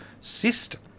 system